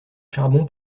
charbon